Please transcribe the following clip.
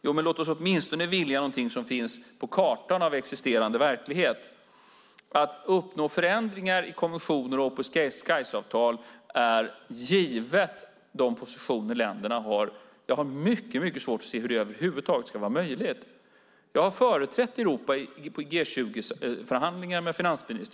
Ja, men låt oss åtminstone vilja någonting som finns på kartan av existerande verklighet. Att uppnå förändringar i konventioner och i open skies-avtal är givet de positioner som länderna har. Jag har mycket svårt att se hur det över huvud taget ska vara möjligt. Jag har företrätt Europa i G20-förhandlingar med finansministrar.